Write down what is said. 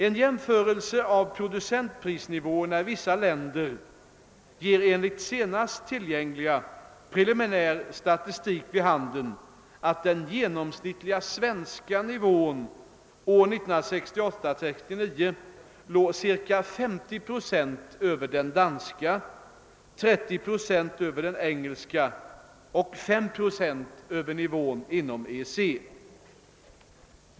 En jämförelse av producentprisnivåerna i vissa länder ger enligt senast tillgängliga preliminära statistik vid handen att den genomsnittliga svenska nivån år 1968/69 låg ca 50 procent över den danska, 30 prcent över den engelska och ca 5 procent över nivån inom EEC.